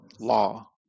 law